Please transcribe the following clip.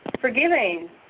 Forgiving